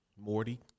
Morty